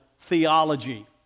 theology